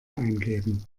eingeben